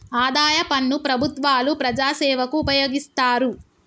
ఆదాయ పన్ను ప్రభుత్వాలు ప్రజాసేవకు ఉపయోగిస్తారు